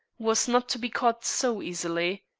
was not to be caught so easily.